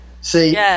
See